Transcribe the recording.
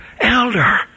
elder